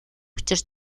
учир